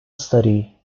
study